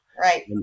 Right